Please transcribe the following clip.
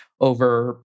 over